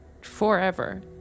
forever